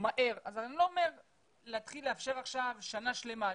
מהר אז אני לא אומר להתחיל לאפשר עכשיו שנה שלמה,